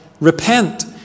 Repent